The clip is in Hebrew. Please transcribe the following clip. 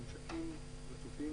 ממשקים רצופים,